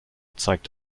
zeigt